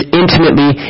intimately